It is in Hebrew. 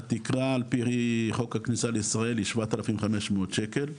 התקרה על פי חוק הכניסה לישראל היא 7,500 שקל,